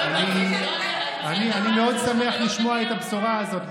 אני מאוד שמח לשמוע את הבשורה הזאת.